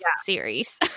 series